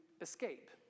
escape